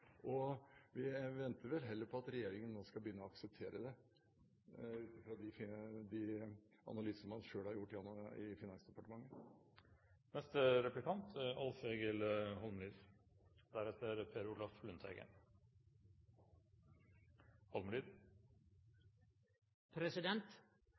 og vi venter vel heller på at regjeringen nå skal begynne å akseptere det ut fra de analyser man selv har gjort i Finansdepartementet. Næringsklyngje der store og små bedrifter samarbeider godt med universitet eller høgskolar, er